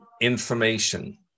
information